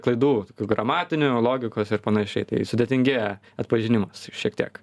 klaidų tokių gramatinių logikos ir panašiai tai sudėtingėja atpažinimas šiek tiek